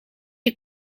het